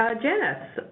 ah janice,